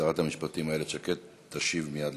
שרת המשפטים איילת שקד תשיב מייד